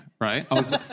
right